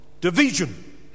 division